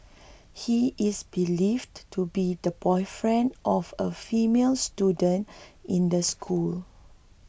he is believed to be the boyfriend of a female student in the school